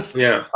yeah. yeah,